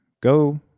Go